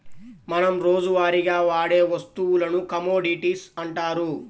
మనం రోజువారీగా వాడే వస్తువులను కమోడిటీస్ అంటారు